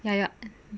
ya ya